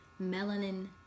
Melanin